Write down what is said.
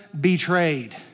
betrayed